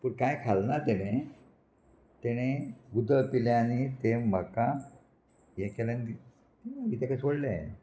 पूण कांय खालना तेणें तेणें उदक पिलें आनी तें म्हाका हें केल्ल्यान तेका सोडलें हांयें